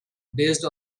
based